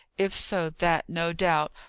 if so, that, no doubt,